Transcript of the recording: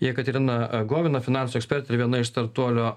jekaterina govina finansų ekspertė ir viena iš startuolio